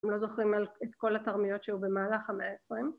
אם לא זוכרים את כל התרמיות שהיו במהלך המאה העשרים